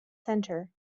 center